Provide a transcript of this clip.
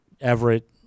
Everett